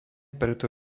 preto